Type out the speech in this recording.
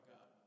God